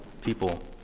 people